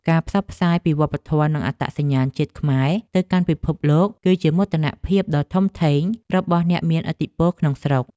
ការផ្សព្វផ្សាយពីវប្បធម៌ និងអត្តសញ្ញាណជាតិខ្មែរទៅកាន់ពិភពលោក គឺជាមោទនភាពដ៏ធំធេងរបស់អ្នកមានឥទ្ធិពលក្នុងស្រុក។